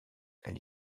elle